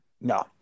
No